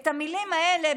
את המילים האלה,